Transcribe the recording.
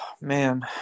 Man